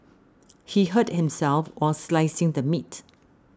he hurt himself while slicing the meat